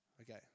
Okay